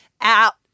Out